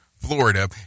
Florida